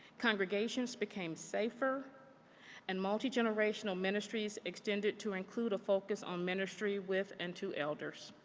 congregations became safer and multigenerational ministries extended to include a focus on ministry with and to elders.